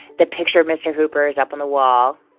the picture of mr. hooper is up on the wall